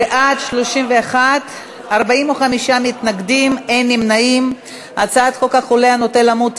להסיר מסדר-היום את הצעת חוק החולה הנוטה למות (תיקון,